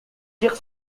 tire